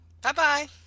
Bye-bye